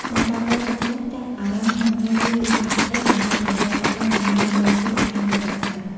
អ្នកបើកបរជាច្រើនចាប់អារម្មណ៍ក្នុងការរៀនភាសាអង់គ្លេសដើម្បីប្រាស្រ័យទាក់ទងជាមួយជនបរទេសឱ្យកាន់តែប្រសើរ។